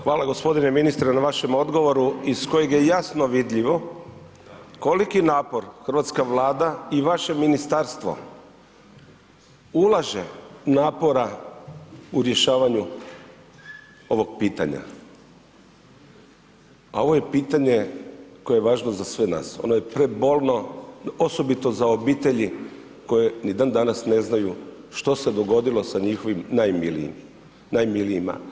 Hvala g. ministre na vašem odgovoru, iz kojeg je jasno vidljivo koliki napor hrvatska Vlada i vaše ministarstvo ulaže napora u rješavanju ovog pitanja, a ovo je pitanje koje je važno za sve nas, ono je prebolno, osobito za obitelji koje ni dan-danas ne znaju što se dogodilo sa njihovim najmilijima.